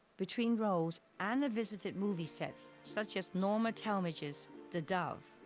between roles, anna visited movie sets such as norma talmadge's the dove,